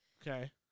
Okay